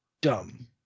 dumb